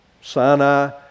Sinai